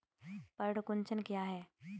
पर्ण कुंचन क्या है?